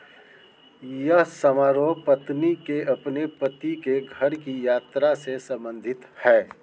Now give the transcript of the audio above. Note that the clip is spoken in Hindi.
यह समारोह पत्नी के अपने पति के घर की यात्रा से संबंधित है